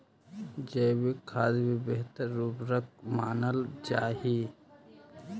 जैविक खाद भी बेहतर उर्वरक मानल जा हई